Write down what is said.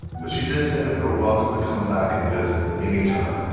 but she did say that we were welcome to come back and visit any time